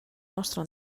nostre